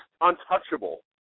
untouchable